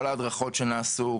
כל ההדרכות שעשו,